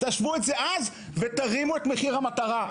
תשוו את זה אז ותרימו את מחיר המטרה.